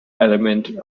element